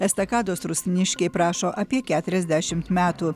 estakados rusniškiai prašo apie keturiasdešimt metų